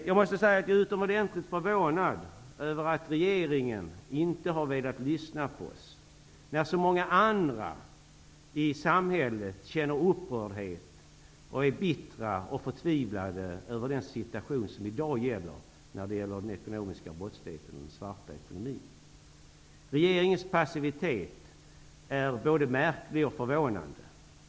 Jag måste säga att jag är utomordentligt förvånad över att regeringen inte har velat lyssna på oss när så många andra i samhället känner upprördhet och är bittra och förtvivlade över den situation som i dag gäller i fråga om den ekonomiska brottsligheten och den svarta ekonomin. Regeringens passivitet är både märklig och förvånande.